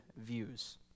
views